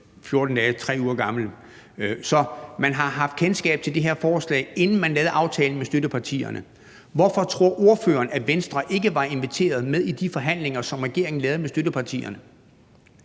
er vel 2-3 uger gammel, så man har haft kendskab til det her forslag, inden man lavede aftalen med støttepartierne. Hvorfor tror ordføreren at Venstre ikke var inviteret med til de forhandlinger, som regeringen lavede med støttepartierne?